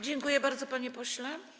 Dziękuję bardzo, panie pośle.